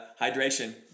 hydration